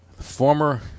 former